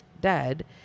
dead